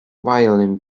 violin